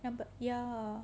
ya but ya